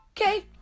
Okay